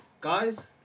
Guys